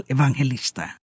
Evangelista